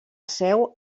seu